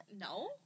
No